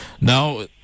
Now